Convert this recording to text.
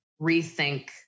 rethink